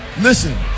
listen